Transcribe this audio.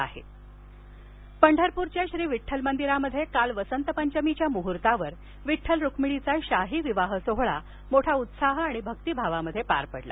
वसंत पंचमी पंढरपूरच्या श्री विड्ठल मंदिरात काल वसंत पंचमीच्या मुहूर्तावर विड्ठल रुक्मिणीचा शाही विवाह सोहळा मोठ्या ऊत्साह आणि भक्तीभावात झाला